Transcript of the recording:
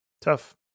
tough